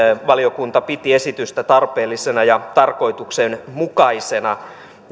valiokunta piti esitystä tarpeellisena ja tarkoituksenmukaisena